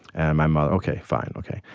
and my mother, ok, fine. ok.